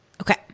Okay